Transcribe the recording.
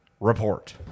report